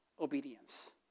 obedience